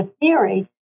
theory